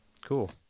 cool